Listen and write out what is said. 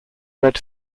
red